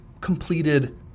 completed